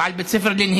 או על בית ספר לנהיגה,